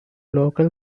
local